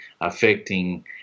affecting